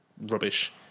rubbish